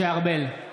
משה ארבל,